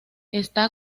está